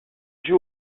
joue